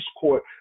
court